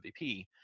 MVP